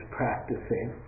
practicing